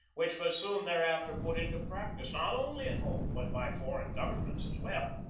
which was soon thereafter put into practice, not only at home but by foreign governments as well.